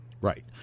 Right